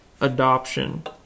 adoption